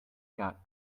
got